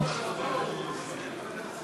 חוק הכרה אזרחית